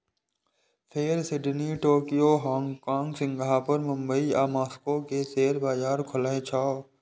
फेर Sydney, Tokyo, Hong Kong, Singapore, Mumbai आ Moscow के शेयर बाजार खुलै छै